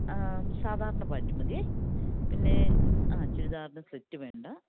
സാധാരണ പോയിന്റ് മതി പിന്നെ ആ ചുരിദാറിന് സ്ലിറ്റ് വേണ്ട